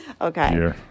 Okay